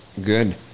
Good